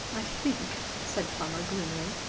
i think, said plummer gloomily,